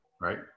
right